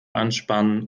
anspannen